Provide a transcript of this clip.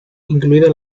incluida